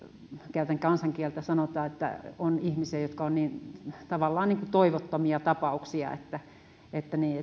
sanotaan että on ihmisiä jotka ovat käytän kansankieltä tavallaan niin kuin toivottomia tapauksia se